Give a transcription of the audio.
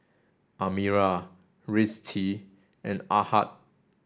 Amirah Rizqi and Ahad